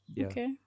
okay